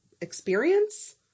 Experience